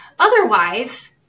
Otherwise